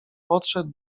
podszedł